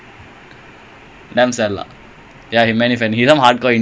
he Manchester United fan ah felix